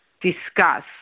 discuss